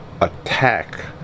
attack